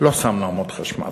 לא שמנו עמוד חשמל.